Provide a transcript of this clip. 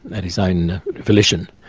at his own volition,